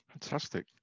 Fantastic